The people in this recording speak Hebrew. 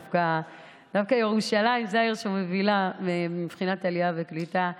דווקא ירושלים זאת העיר שמובילה מבחינת עלייה וקליטה.